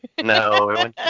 No